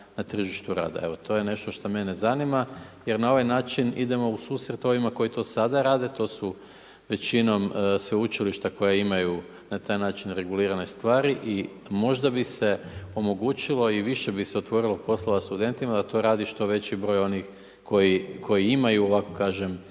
na tržištu rada. Evo to je nešto što mene zanima jer na ovaj način idemo u susret ovima koji to sada rade, to su većinom sveučilišta koje imaju na taj način regulirane stvari i možda bi se omogućilo i više bi se otvorilo poslova studentima da to radi što veći broj onih koji imaju ovako kažem,